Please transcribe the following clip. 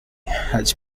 has